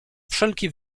wszelki